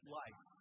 life